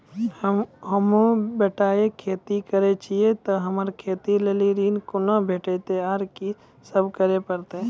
होम बटैया खेती करै छियै तऽ हमरा खेती लेल ऋण कुना भेंटते, आर कि सब करें परतै?